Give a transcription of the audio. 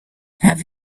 have